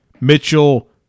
Mitchell